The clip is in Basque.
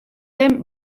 den